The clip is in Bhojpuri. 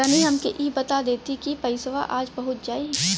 तनि हमके इ बता देती की पइसवा आज पहुँच जाई?